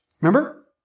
Remember